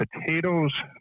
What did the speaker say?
potatoes